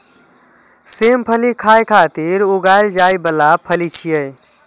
सेम फली खाय खातिर उगाएल जाइ बला फली छियै